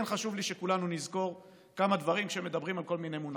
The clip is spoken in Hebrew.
כן חשוב לי שכולנו נזכור כמה דברים כשמדברים על כל מיני מונחים.